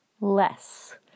less